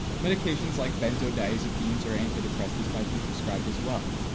medications like benzodiazepines or antidepressants might be prescribed as well,